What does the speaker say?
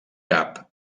cap